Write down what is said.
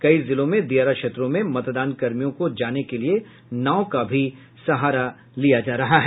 कई जिलों में दियारा क्षेत्रों में मतदानकर्मियों को जाने के लिये नाव का भी सहारा लिया जा रहा है